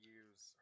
use